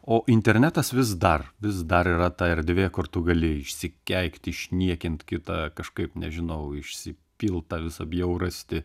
o internetas vis dar vis dar yra ta erdvė kur tu gali išsikeikt išniekint kitą kažkaip nežinau išsipilt tą visą bjaurastį